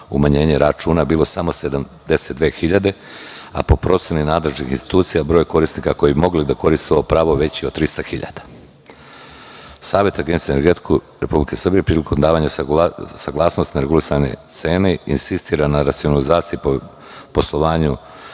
umanjenje računa bilo samo 72.000, a po proceni nadležnih institucija broj korisnika koji bi mogli da koriste ovo pravo veći je od 300.000.Savet Agencije za energetiku Republike Srbije prilikom davanja saglasnost na regulisane cene insistira na racionalizaciji poslovanja